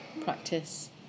practice